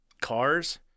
cars